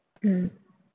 mm